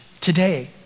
today